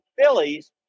Phillies